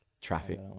Traffic